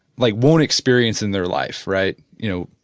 like wouldn't experience in their life right you know.